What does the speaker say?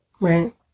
Right